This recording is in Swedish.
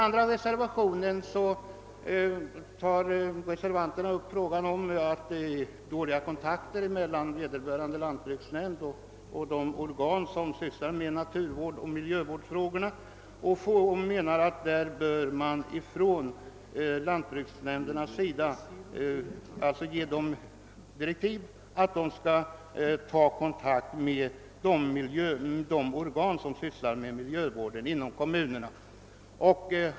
I reservationen 2 tas upp frågan om dåliga kontakter mellan vederbörande lantbruksnämnd och de organ i kommunerna som sysslar med naturvårdsoch miljövårdsfrågorna. Reservanterna anser att lantbruksnämnderna bör få direktiv att ta kontakt med dessa organ.